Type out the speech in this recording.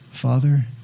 father